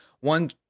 one